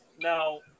Now